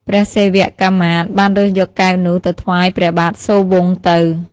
ពួកសេវកាមាត្យ បានរើសយកកែវនោះ ទៅថ្វាយព្រះបាទសូរវង្សទៅ។